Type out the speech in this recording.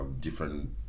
different